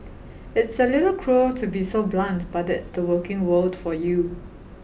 it's a little cruel to be so blunt but that's the working world for you